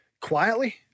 quietly